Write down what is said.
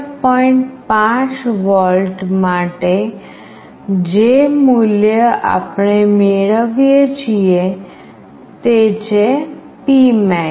5 volt માટે જે મૂલ્ય આપણે મેળવીએ છીએ તે છે P max